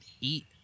eat